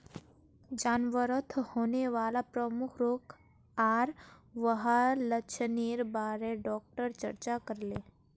जानवरत होने वाला प्रमुख रोग आर वहार लक्षनेर बारे डॉक्टर चर्चा करले